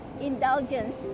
indulgence